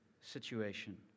situation